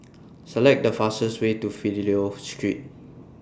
Select The fastest Way to Fidelio Street